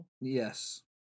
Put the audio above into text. Yes